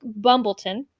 Bumbleton